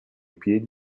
piedi